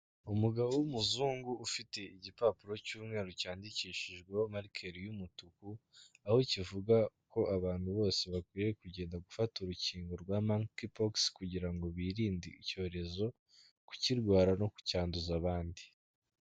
Umugabo w'umuzungu ufite igipapuro cy'umweru cyandikishijweho marikeri y'umutuku, aho kivuga ko abantu bose bakwiriye kugenda gufata urukingo rwa Monkey Pox kugira ngo birinde icyorezo, kukirwara no kucyanduza abandi.